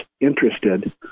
interested